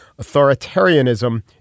authoritarianism